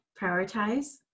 prioritize